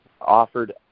offered